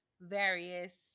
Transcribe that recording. various